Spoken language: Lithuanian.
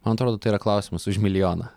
man atrodo tai yra klausimas už milijoną